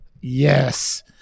Yes